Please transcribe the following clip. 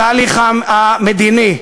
התהליך המדיני: